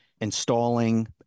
installing